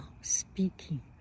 speaking